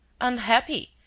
Unhappy